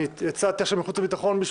אני יצאתי עכשיו מחוץ וביטחון.